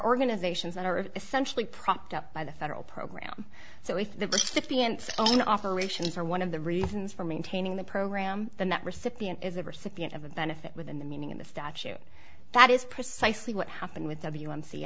organizations that are essentially propped up by the federal program so if the b n c own operations are one of the reasons for maintaining the program then that recipient is a recipient of a benefit within the meaning of the statute that is precisely what happened with w m c